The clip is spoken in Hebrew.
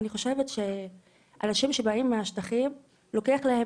אני חושבת שאנשים שבאים מהשטחים לוקח להם